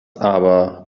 aber